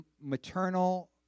maternal